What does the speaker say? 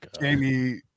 jamie